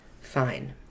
Fine